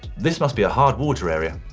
this must be a hard water area.